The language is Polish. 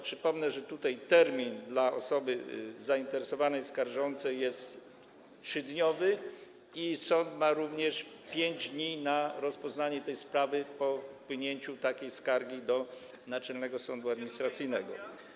Przypomnę, że tutaj termin dla osoby zainteresowanej, skarżącej jest 3-dniowy i sąd ma również 5 dni na rozpoznanie tej sprawy po wpłynięciu takiej skargi do Naczelnego Sądu Administracyjnego.